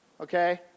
okay